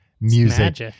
music